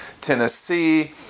Tennessee